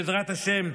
בעזרת השם,